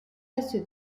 est